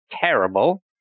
terrible